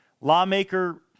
Lawmaker